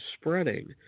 spreading